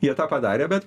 jie tą padarė bet